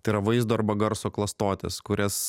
tai yra vaizdo arba garso klastotės kurias